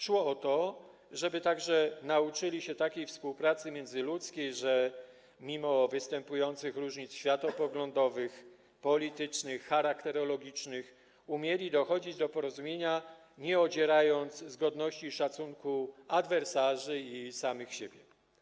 Szło o to, żeby młodzi także nauczyli się takiej współpracy międzyludzkiej, w której mimo występujących różnic światopoglądowych, politycznych, charakterologicznych umieliby dochodzić do porozumienia, nie odzierając z godności i szacunku adwersarzy i samych siebie.